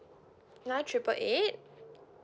nine triple eight